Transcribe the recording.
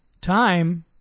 time